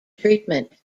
treatment